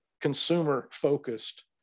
consumer-focused